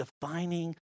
defining